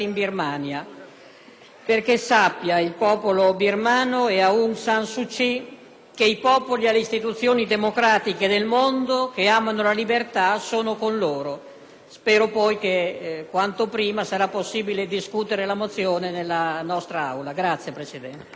affinché il popolo birmano e Aung San Suu Kyi sappiano che i popoli e le istituzioni democratiche del mondo che amano la libertà sono con loro. Spero poi che quanto prima sarà possibile discutere la mozione nella nostra Aula. *(Applausi